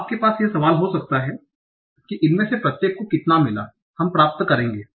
अब आपके पास यह सवाल हो सकता है कि इनमें से प्रत्येक को कितना मिला हम प्राप्त करेंगे